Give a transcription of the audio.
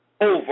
over